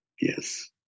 Yes